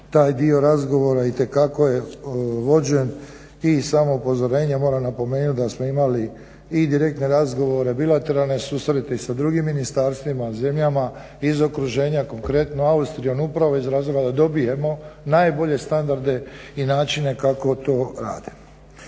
taj dio razgovora itekako je vođen. I samo upozorenje, moram napomenuti da smo imali i direktne razgovore, bilateralne susrete i sa drugim ministarstvima, zemljama iz okruženja konkretno Austrijom upravo iz razloga da dobijemo najbolje standarde i načine kako to rade.